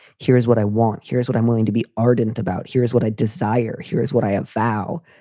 here's what i want. here's what i'm willing to be ardent about. here's what i desire. here is what i have now.